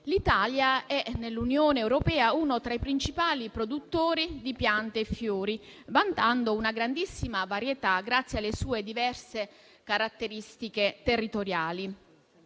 L'Italia è, nell'Unione europea, uno tra i principali produttori di piante e fiori, vantando una grandissima varietà grazie alle sue diverse caratteristiche territoriali.